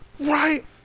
Right